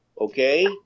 Okay